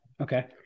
okay